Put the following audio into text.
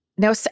Now